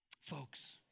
Folks